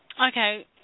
Okay